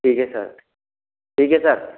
ठीक है सर ठीक है सर